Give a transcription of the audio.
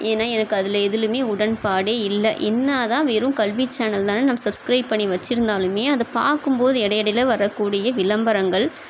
ஏன்னா எனக்கு அதில் எதுலேயுமே உடன்பாடே இல்லை என்ன தான் வெறும் கல்வி சேனல் தானேன்னு நம் சப்ஸ்க்ரைப் பண்ணி வச்சுருந்தாலுமே அதை பார்க்கும் போது எட எடையில் வரக்கூடிய விளம்பரங்கள்